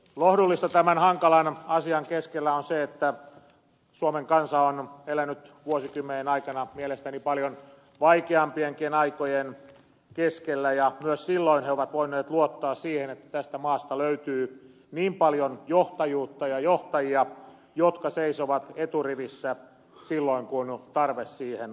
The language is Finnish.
lohdullista tämän hankalan asian keskellä on se että suomen kansa on elänyt vuosikymmenen aikana mielestäni paljon vaikeampienkin aikojen keskellä ja myös silloin se on voinut luottaa siihen että tästä maasta löytyy paljon johtajuutta ja johtajia jotka seisovat eturivissä silloin kun tarve siihen on olemassa